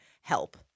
help